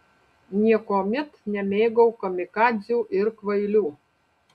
niekuomet nemėgau kamikadzių ir kvailių